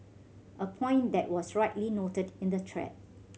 a point that was rightly noted in the thread